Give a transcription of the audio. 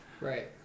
Right